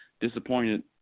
disappointed